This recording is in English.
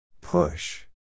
Push